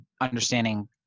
understanding